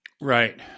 Right